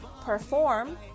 perform